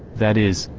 that is,